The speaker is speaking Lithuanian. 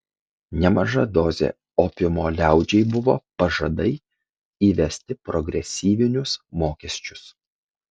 nemaža dozė opiumo liaudžiai buvo pažadai įvesti progresyvinius mokesčius